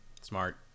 smart